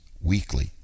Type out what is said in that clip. weekly